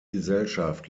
gesellschaft